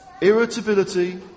irritability